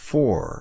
Four